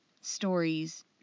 stories